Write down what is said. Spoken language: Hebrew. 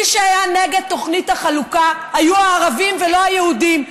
מי שהיה נגד תוכנית החלוקה היו הערבים ולא היהודים.